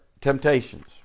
temptations